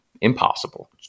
impossible